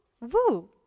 Woo